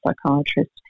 psychiatrist